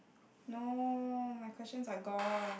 no my questions are gone